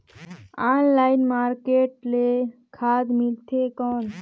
Online market ले खाद मिलथे कौन?